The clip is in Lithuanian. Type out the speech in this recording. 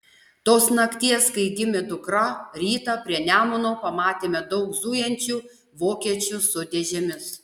tos nakties kai gimė dukra rytą prie nemuno pamatėme daug zujančių vokiečių su dėžėmis